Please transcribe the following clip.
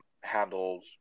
handled